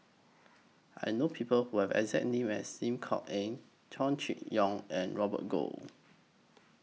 I know People Who Have The exact name as Lim Kok Ann Chow Chee Yong and Robert Goh